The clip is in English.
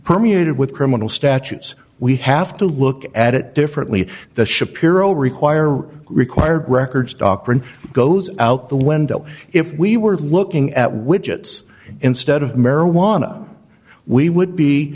permeated with criminal statutes we have to look at it differently that shapiro require required records doctrine goes out the window if we were looking at widgets instead of marijuana we would be